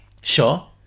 Sure